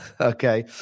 Okay